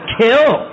kill